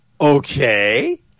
Okay